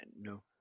No